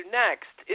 next